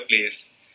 place